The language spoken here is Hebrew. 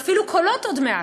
אלה אפילו קולות עוד מעט,